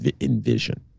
envision